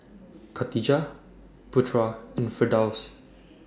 Khatijah Putra and Firdaus